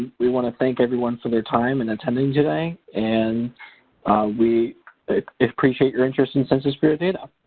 we want to thank everyone for their time in attending today and we just appreciate your interest in census bureau data.